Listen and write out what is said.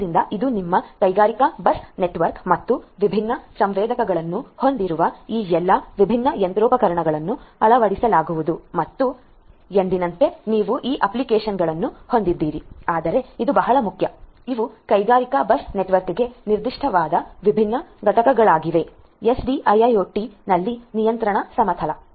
ಆದ್ದರಿಂದ ಇದು ನಿಮ್ಮ ಕೈಗಾರಿಕಾ ಬಸ್ ನೆಟ್ವರ್ಕ್ ಮತ್ತು ವಿಭಿನ್ನ ಸೆನ್ಸರ್ಗಳನ್ನು ಹೊಂದಿರುವ ಈ ಎಲ್ಲಾ ವಿಭಿನ್ನ ಯಂತ್ರೋಪಕರಣಗಳನ್ನು ಅಳವಡಿಸಲಾಗುವುದು ಮತ್ತು ಎಂದಿನಂತೆ ನೀವು ಈ ಅಪ್ಲಿಕೇಶನ್ಗಳನ್ನು ಹೊಂದಿದ್ದೀರಿ ಆದರೆ ಇದು ಬಹಳ ಮುಖ್ಯ ಇವು ಕೈಗಾರಿಕಾ ಬಸ್ ನೆಟ್ವರ್ಕ್ಗೆ ನಿರ್ದಿಷ್ಟವಾದ ವಿಭಿನ್ನ ಘಟಕಗಳಾಗಿವೆ SDIIoT ನಲ್ಲಿ ನಿಯಂತ್ರಣ ಸಮತಲ